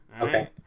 Okay